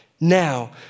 now